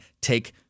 take